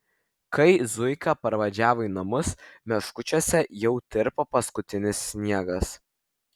kai zuika parvažiavo į namus meškučiuose jau tirpo paskutinis sniegas